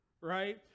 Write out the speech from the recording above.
right